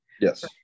Yes